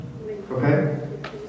Okay